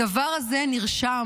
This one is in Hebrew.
הדבר הזה נרשם.